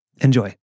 Enjoy